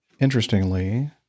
Interestingly